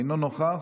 אינו נוכח,